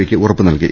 പിക്ക് ഉറപ്പ് നൽകി